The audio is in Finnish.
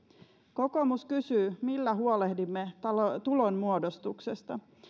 kokoomus kysyy millä huolehdimme tulonmuodostuksesta